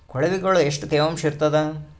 ಕೊಳವಿಗೊಳ ಎಷ್ಟು ತೇವಾಂಶ ಇರ್ತಾದ?